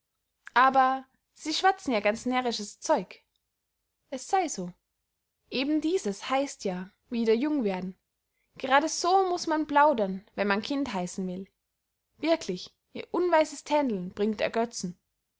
aber sie schwatzen ja ganz närrisches zeug es sey so eben dieses heißt ja wieder jung werden gerade so muß man plaudern wenn man kind heissen will wirklich ihr unweises tändeln bringt ergötzen